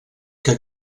que